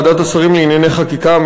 ועדת השרים לענייני חקיקה,